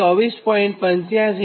85 0